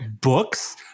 books